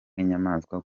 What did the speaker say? nk’inyamaswa